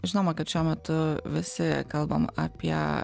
žinoma kad šiuo metu visi kalbam apie